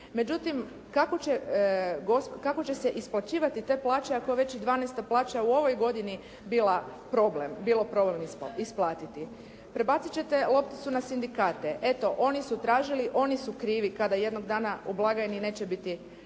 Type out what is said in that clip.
Međutim, kako će se isplaćivati te plaće ako je već i 12. plaća u ovoj godini bilo problem isplatiti? Prebaciti ćete lopticu na sindikate. Eto, oni su tražili, oni su krivi kada jednog dana u blagajni neće biti